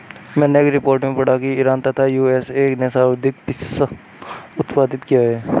मैनें एक रिपोर्ट में पढ़ा की ईरान तथा यू.एस.ए ने सर्वाधिक पिस्ता उत्पादित किया